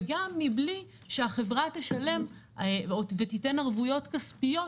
גם בלי שהחברה תשלם ותיתן ערבויות כספיות